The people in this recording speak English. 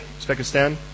Uzbekistan